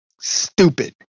stupid